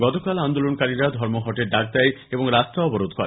গতকাল আন্দোলনকারীরা ধর্মঘটের ডাক দেয় এবং রাস্তা অবরোধ করে